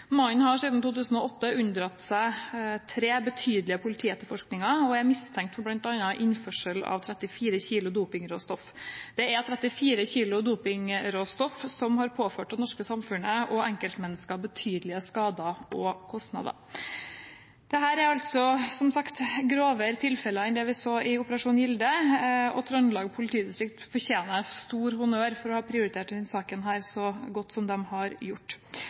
Mannen har siden 2008 unndratt seg tre betydelige politietterforskninger og er mistenkt for bl.a. innførsel av 34 kg dopingråstoff. Det er 34 kg dopingråstoff som har påført det norske samfunnet og enkeltmennesker betydelige skader og kostnader. Dette er, som sagt, grovere tilfeller enn det vi så i Operasjon Gilde, og Trøndelag politidistrikt fortjener stor honnør for å ha prioritert denne saken så mye som de har gjort.